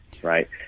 Right